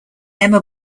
emma